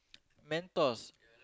Mentos